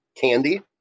candy